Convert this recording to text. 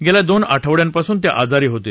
गेल्या दोन आठवड्यांपासून ते आजारी होते